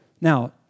Now